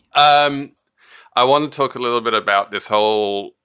um i want to talk a little bit about this whole